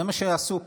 זה מה שעשו פה.